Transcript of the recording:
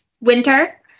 winter